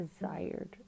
desired